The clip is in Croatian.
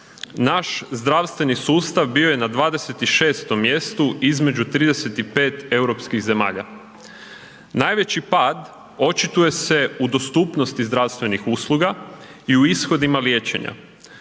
naš zdravstveni sustav bio je na 26. mjestu između 35 europskih zemalja. Najveći pad očituje se u dostupnosti zdravstvenih usluga i u ishodima liječenja,